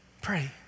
Pray